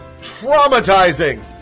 traumatizing